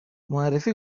معرفی